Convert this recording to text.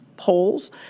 Polls